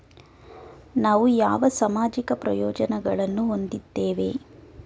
ನಾವು ಯಾವ ಸಾಮಾಜಿಕ ಪ್ರಯೋಜನಗಳನ್ನು ಹೊಂದಿದ್ದೇವೆ?